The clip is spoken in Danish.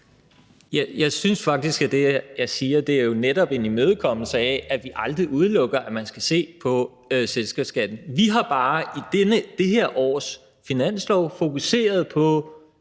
Jeg synes faktisk, at det, jeg siger, jo netop er en imødekommelse af, at vi aldrig udelukker, at man skal se på selskabsskatten. Vi har bare i forhold til dette års finanslov fokuseret på